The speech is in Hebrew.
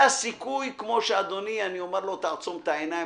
הסיכוי שאומר לאדוני "תעצום את העיניים,